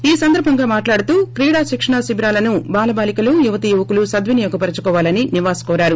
ఈ సందర్బంగా మాట్లాడుతూ క్రీడా శిక్షణా శిబిరాలను బాల బాలికలు యువతీ యువకులు సద్వినియోగ పరుచుకోవాలని నివాస్ కోరారు